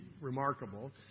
remarkable